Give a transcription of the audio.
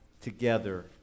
together